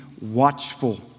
watchful